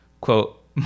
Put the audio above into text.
quote